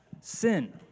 sin